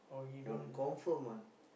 oh confirm one